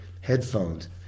headphones